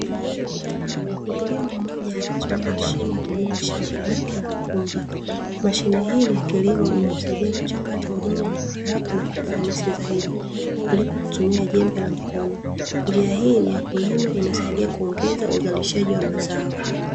Mkulima mmoja anatumia mashine ya kulima shamba lake la mpunga, mashine hii ni ya kilimo inamsaidia kuchakata udongo kwa haraka, na kwa ufanisi zaidi kuliko kutumia jembe la mkono, njia hii ni ya kulima inasaidia kuongeza uzalishaji wa mazao.